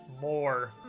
more